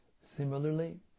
similarly